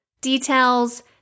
details